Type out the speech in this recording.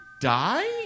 die